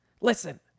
Listen